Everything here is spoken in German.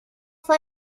von